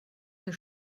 herr